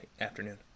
afternoon